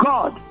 God